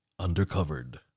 undercovered